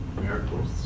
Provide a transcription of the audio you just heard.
miracles